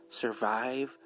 survive